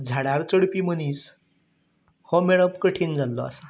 झाडार चडपी मनीस हो मेळप कठीण जाल्लो आसा